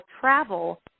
travel